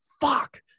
fuck